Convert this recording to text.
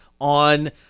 on